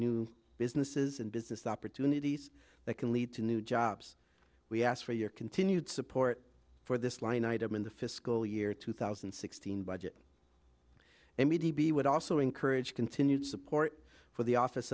new businesses and business opportunities that can lead to new jobs we asked for your continued support for this line item in the fiscal year two thousand and sixteen budget and need to be would also encourage continued support for the office